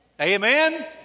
Amen